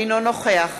אינו נוכח